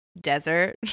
desert